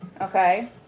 okay